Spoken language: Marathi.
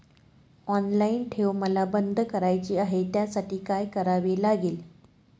ऑनलाईन ठेव मला बंद करायची आहे, त्यासाठी काय करावे लागेल?